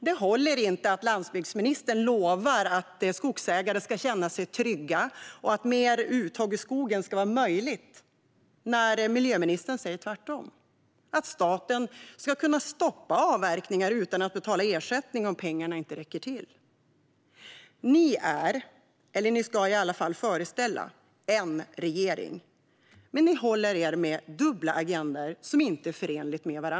Det håller inte att landsbygdsministern lovar att skogsägare ska känna sig trygga och att mer uttag ur skogen ska vara möjligt, samtidigt som miljöministern säger tvärtom. Miljöministern säger att staten ska kunna stoppa avverkningar utan att betala ersättning om pengarna inte räcker till. Ni är, eller ska i alla fall föreställa, en regering, men ni håller er med dubbla agendor som inte är förenliga.